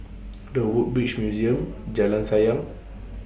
The Woodbridge Museum Jalan Sayang